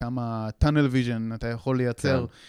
כמה tunnel vision אתה יכול לייצר.